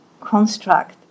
construct